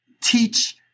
teach